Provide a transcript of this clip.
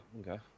okay